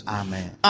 amen